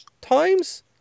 times